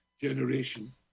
generation